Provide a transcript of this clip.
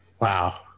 Wow